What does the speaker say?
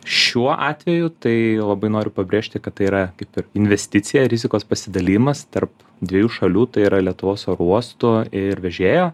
šiuo atveju tai labai noriu pabrėžti kad tai yra kaip ir investicija rizikos pasidalijimas tarp dviejų šalių tai yra lietuvos oro uostų ir vežėjo